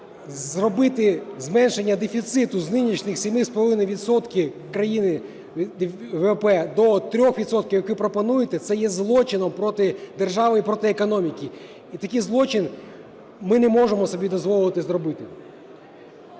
зробити зменшення дефіциту з нинішніх 7,5 відсотка ВВП до 3 відсотків, як ви пропонуєте, це є злочином проти держави і проти економіки. І такий злочин ми не можемо собі дозволити зробити.